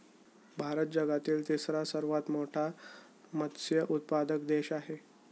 भारत जगातील तिसरा सर्वात मोठा मत्स्य उत्पादक देश आहे